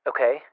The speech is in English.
Okay